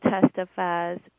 testifies